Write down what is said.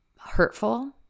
hurtful